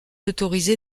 autorisé